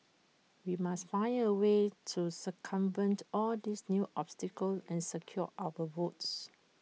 we must find A way to circumvent all these new obstacles and secure our votes